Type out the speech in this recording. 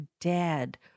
dead